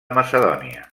macedònia